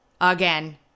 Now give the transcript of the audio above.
again